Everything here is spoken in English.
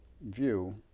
view